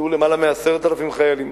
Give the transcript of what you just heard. נפצעו למעלה מ-10,000 חיילים,